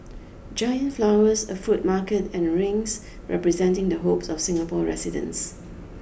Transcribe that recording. giant flowers a fruit market and rings representing the hopes of Singapore residents